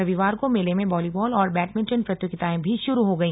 रविवार को मेले में वॉलीबॉल और बैडमिंटन प्रतियोगिताएं भी शुरू हो गई